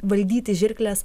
valdyti žirkles